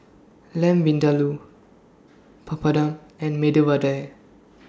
Lamb Vindaloo Papadum and Medu Vada